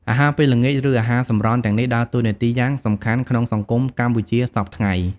អាហារពេលល្ងាច ឬអាហារសម្រន់ទាំងនេះ ដើរតួនាទីយ៉ាងសំខាន់ក្នុងសង្គមកម្ពុជាសព្វថ្ងៃ។